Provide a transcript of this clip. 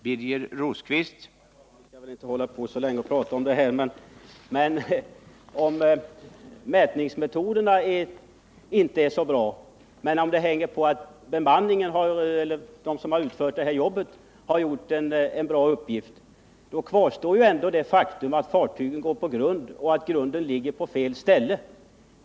Herr talman! Vi skall väl inte hålla på så länge och prata om detta. Om mätningsmetoderna inte är så bra, medan de som har utfört jobbet har gjort ett bra arbete, kvarstår ändå det faktum att grunden ligger på fel ställen.